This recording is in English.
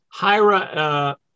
Hira